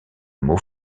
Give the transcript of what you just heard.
mot